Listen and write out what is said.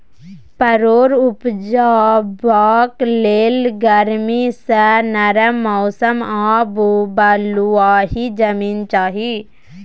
परोर उपजेबाक लेल गरमी सँ नरम मौसम आ बलुआही जमीन चाही